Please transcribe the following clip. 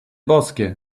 boskie